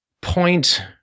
point